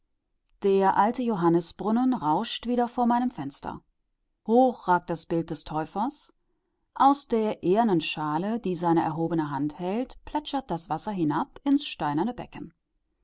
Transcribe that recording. der alte johannisbrunnen rauscht wieder vor meinem fenster hoch ragt das bild des täufers aus der ehernen schale die seine erhobene hand hält plätschert das wasser hinab ins steinerne becken